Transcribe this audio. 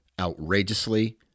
Outrageously